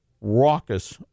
raucous